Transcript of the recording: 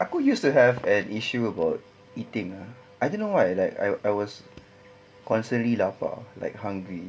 aku used to have an issue about eating ah I don't why like I I was constantly lapar like hungry